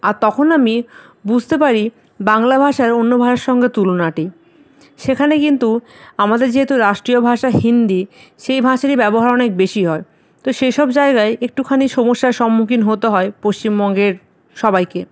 আর তখন আমি বুঝতে পারি বাংলা ভাষার অন্য ভাষার সঙ্গে তুলনাটি সেখানে কিন্তু আমাদের যেহেতু রাষ্ট্রীয় ভাষা হিন্দি সেই ভাষারই ব্যবহার অনেক বেশি হয় তো সে সব জায়গায় একটুখানি সমস্যার সম্মুখীন হতে হয় পশ্চিমবঙ্গের সবাইকে